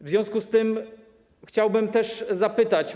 W związku z tym chciałbym też zapytać.